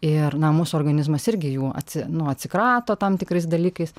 ir na mūsų organizmas irgi jų atsi nu atsikrato tam tikrais dalykais